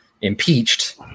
impeached